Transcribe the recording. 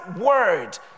word